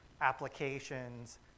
applications